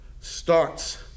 starts